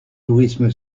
tourisme